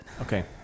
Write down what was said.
Okay